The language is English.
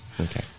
Okay